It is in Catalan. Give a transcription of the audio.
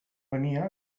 venia